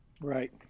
Right